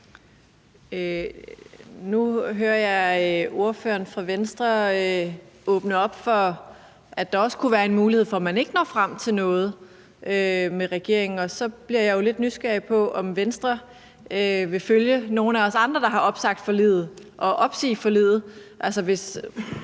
Nu hører jeg ordføreren for Venstre åbne op for, at der også kunne være en mulighed for, at man ikke når frem til noget sammen med regeringen. Så bliver jeg jo lidt nysgerrig på, om Venstre vil følge nogle af os andre, som har opsagt forliget, og opsige forliget. Vi